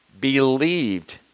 believed